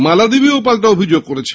মালা দেবীও পাল্টা অভিযোগ করেছেন